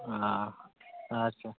ᱚ ᱟᱪᱪᱷᱟ